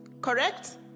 Correct